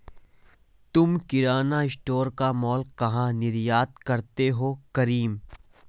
तुम किराना स्टोर का मॉल कहा निर्यात करते हो करीम?